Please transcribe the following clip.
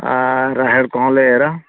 ᱨᱟᱦᱮᱲ ᱠᱚᱦᱚᱸᱞᱮ ᱮᱨᱟ